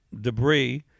debris